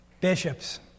bishops